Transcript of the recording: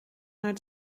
naar